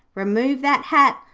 remove that hat,